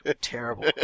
Terrible